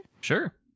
Sure